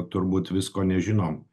turbūt visko nežinom